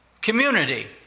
Community